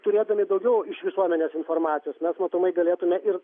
turėdami daugiau iš visuomenės informacijos mes matomai galėtume ir